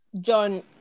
john